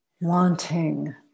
wanting